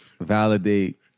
validate